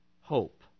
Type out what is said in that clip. hope